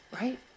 right